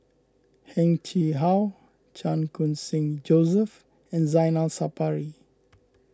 Heng Chee How Chan Khun Sing Joseph and Zainal Sapari